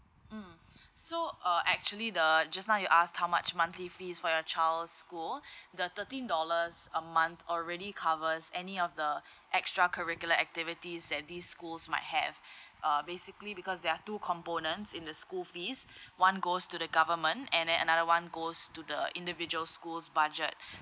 mm so uh actually the just now you asked how much monthly fees for your child's school the thirteen dollars a month already covers any of the extracurricular activities that these schools might have uh basically because there are two components in the school fees one goes to the government and a~ another one goes to the individual school's budget